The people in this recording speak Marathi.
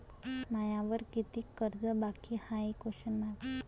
मायावर कितीक कर्ज बाकी हाय?